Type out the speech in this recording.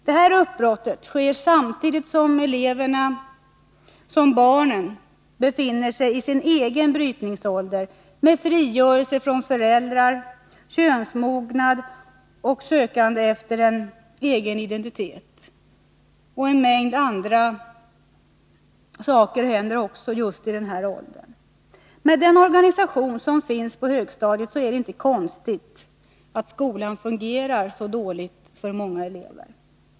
Detta uppbrott sker samtidigt som eleverna — barnen — befinner sig i sin egen brytningsålder med frigörelse från föräldrar, könsmognad och sökande efter en egen identitet. En mängd andra saker händer också just i den här åldern. Med den organisation som finns på högstadiet är det inte konstigt att skolan fungerar dåligt för många elever.